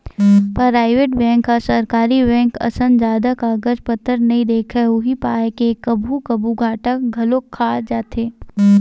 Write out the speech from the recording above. private bank ह सरकारी bank असन जादा कागज पतर नइ देखय उही पाय के कभू कभू घाटा घलोक खा जाथे